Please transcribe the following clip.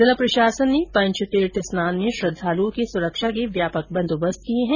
जिला प्रशासन ने पेंचतीर्थ स्नान में श्रद्वालुओं की सुरक्षा के व्यापक बंदोबस्त किए हैं